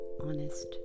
honest